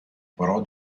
però